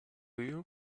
you